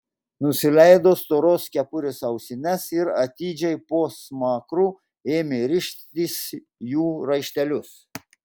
nusileido storos kepurės ausines ir atidžiai po smakru ėmė rištis jų raištelius